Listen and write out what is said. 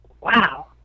wow